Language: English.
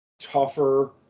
tougher